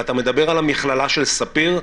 אתה מדבר על המכללה של ספיר,